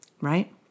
Right